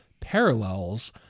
parallels